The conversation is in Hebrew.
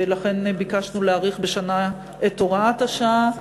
לכן ביקשנו להאריך בשנה את הוראת השעה.